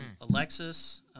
Alexis